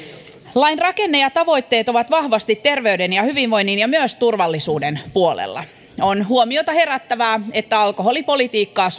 lain rakenne ja tavoitteet ovat vahvasti terveyden ja hyvinvoinnin ja myös turvallisuuden puolella on huomiota herättävää että alkoholipolitiikkaa